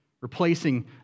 replacing